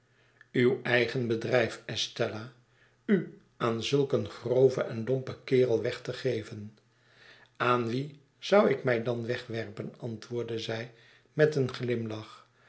uw eigen bedrijf estella u aan zulk een groven en lompen kerel weg te werpen aan wien zou ik mij dan wegwerpen antwoordde zij met een glimlach